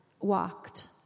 Walked